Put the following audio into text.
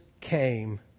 came